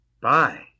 Bye